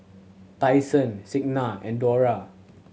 Tyson Signa and Dora